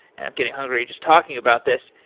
and i'm getting hungry just talking about this.